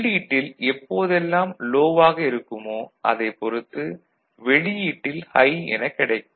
உள்ளீட்டில் எப்போது எல்லாம் லோ ஆக இருக்குமோ அதைப் பொறுத்து வெளியீட்டில் ஹை எனக் கிடைக்கும்